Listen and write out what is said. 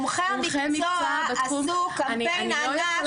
מומחי המקצוע עשו קמפיין ענק.